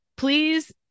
Please